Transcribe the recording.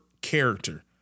character